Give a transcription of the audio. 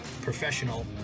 professional